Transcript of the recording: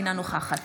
אינה נוכחת